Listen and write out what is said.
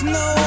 no